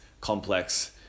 complex